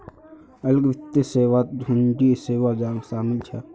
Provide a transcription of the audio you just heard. अलग वित्त सेवात हुंडी सेवा शामिल छ